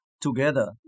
together